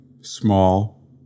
small